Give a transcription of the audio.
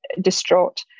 distraught